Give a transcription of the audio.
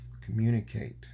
communicate